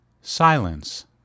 Silence